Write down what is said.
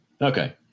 Okay